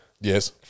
yes